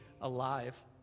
alive